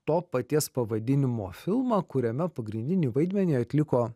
to paties pavadinimo filmą kuriame pagrindinį vaidmenį atliko